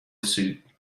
suit